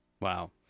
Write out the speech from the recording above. Wow